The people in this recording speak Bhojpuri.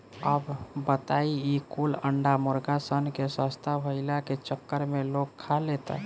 अब बताव ई कुल अंडा मुर्गा सन के सस्ता भईला के चक्कर में लोग खा लेता